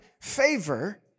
favor